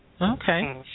Okay